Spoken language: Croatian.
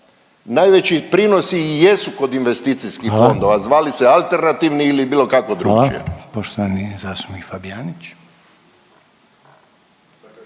Najveći prinosi i jesu kod investicijskih fondova…/Upadica Reiner: Hvala./…zvali se alternativni ili bilo kako drukčije.